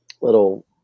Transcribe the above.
little